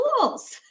tools